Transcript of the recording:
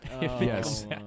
Yes